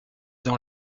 dans